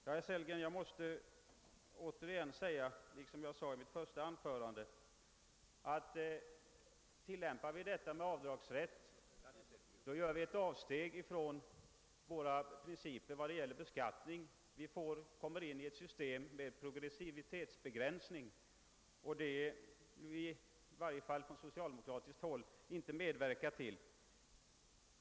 Jag måste emellertid liksom i mitt första anförande framhålla, herr Sellgren, att tillämpar vi denna avdragsrätt gör vi ett avsteg från våra principer beträffande beskattningen och vi får ett system med progressivitetsbegränsning, och det vill i varje fall inte vi socialdemokrater medverka till.